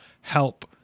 help